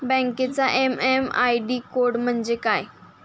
बँकेचा MM ID code म्हणजे काय?